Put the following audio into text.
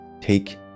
take